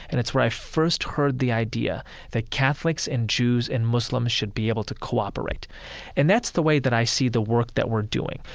and it's where i first heard the idea that catholics and jews and muslims should be able to cooperate and that's the way that i see the work that we're doing.